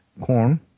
corn